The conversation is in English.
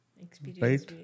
Experience